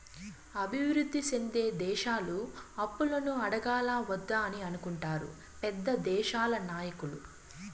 అభివృద్ధి సెందే దేశాలు అప్పులను అడగాలా వద్దా అని అనుకుంటారు పెద్ద దేశాల నాయకులు